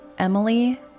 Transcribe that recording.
Emily